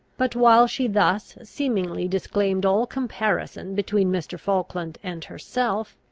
but, while she thus seemingly disclaimed all comparison between mr. falkland and herself,